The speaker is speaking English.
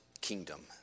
kingdom